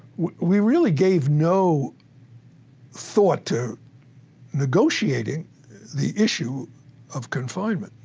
we really gave no thought to negotiating the issue of confinement,